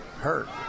hurt